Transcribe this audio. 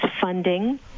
funding